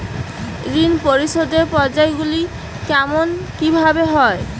ঋণ পরিশোধের পর্যায়গুলি কেমন কিভাবে হয়?